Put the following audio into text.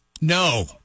No